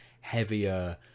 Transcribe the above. heavier